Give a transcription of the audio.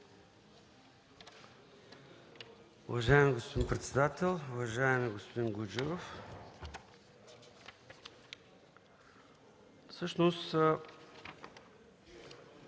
Уважаеми господин председател, уважаеми господин Гуджеров!